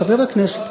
חבר הכנסת כהן,